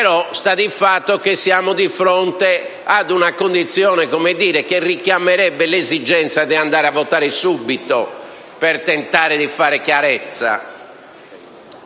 estera. Sta di fatto che siamo di fronte ad una condizione che richiamerebbe l'esigenza di andare a votare subito per tentare di fare chiarezza.